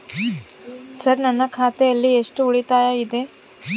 Sir ನನ್ನ ಖಾತೆಯಲ್ಲಿ ಎಷ್ಟು ಉಳಿತಾಯ ಇದೆ?